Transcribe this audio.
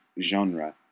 genre